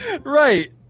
Right